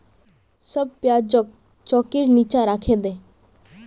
सब प्याजक चौंकीर नीचा राखे दे